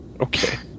okay